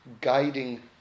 guiding